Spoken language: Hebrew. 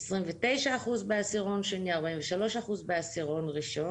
29% בעשירון שני, 43% בעשירון ראשון.